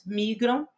migram